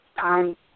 time